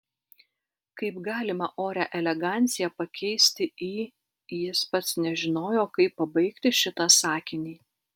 kaip galima orią eleganciją pakeisti į jis pats nežinojo kaip pabaigti šitą sakinį